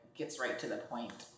gets-right-to-the-point